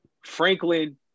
Franklin